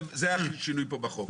זה השינוי פה בחוק.